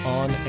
on